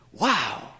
Wow